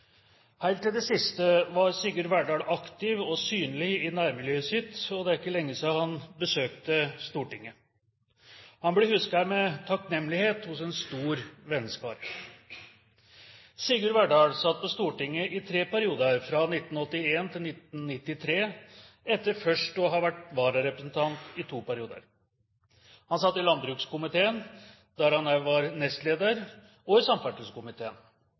Helt til det siste var Sigurd Verdal aktiv og synlig i nærmiljøet sitt, og det er ikke lenge siden han besøkte Stortinget. Han blir husket med takknemlighet av en stor venneskare. Sigurd Verdal satt på Stortinget i tre perioder, fra 1981 til 1993, etter først å ha vært vararepresentant i to perioder. Han satt i landbrukskomiteen, der han også var nestleder, og i samferdselskomiteen.